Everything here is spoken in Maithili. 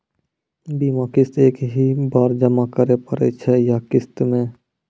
बीमा किस्त एक ही बार जमा करें पड़ै छै या किस्त मे?